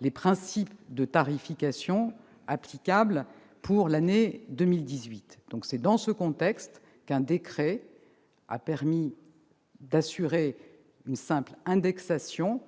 les principes de tarification applicables pour l'année 2018. C'est dans ce contexte qu'un décret a permis d'assurer une simple indexation